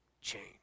change